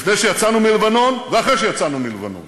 חברת הכנסת שרן השכל, עד שמונה דקות